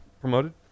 promoted